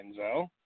Enzo